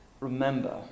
Remember